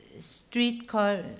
Streetcar